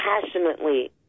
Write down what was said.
passionately